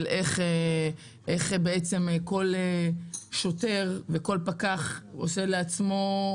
איך כל שוטר וכל פקח עושה דין לעצמו,